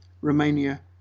Romania